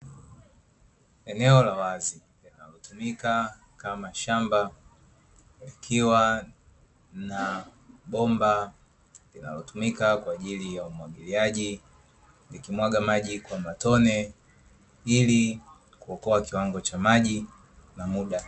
Eneo la wazi linalotumika kama shamba, likiwa na bomba linalotumika kwa ajili ya umwagiliaji, likimwaga maji kwa matone ili kuokoa kiwango cha maji na muda.